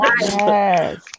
Yes